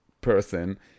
person